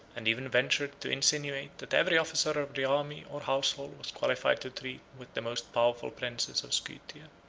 and even ventured to insinuate that every officer of the army or household was qualified to treat with the most powerful princes of scythia.